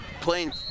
playing